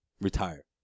Retire